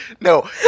No